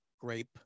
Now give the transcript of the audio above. grape